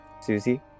Susie